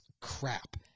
crap